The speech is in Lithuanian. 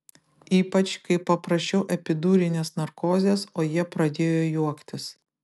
ypač kai paprašiau epidurinės narkozės o jie pradėjo juoktis